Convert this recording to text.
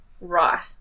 Right